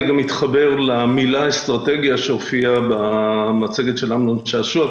גם אתחבר למילה אסטרטגיה שהופיעה במצגת של אמנון שעשוע,